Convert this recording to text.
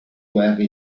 guerre